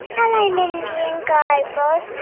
hello, mindy and guy raz.